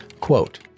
quote